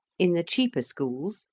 in the cheaper schools,